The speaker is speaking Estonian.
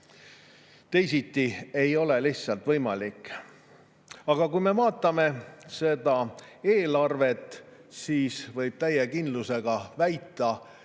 Teisiti ei ole lihtsalt võimalik. Aga kui me vaatame seda eelarvet, siis võib täie kindlusega väita,